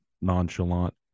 nonchalant